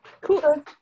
Cool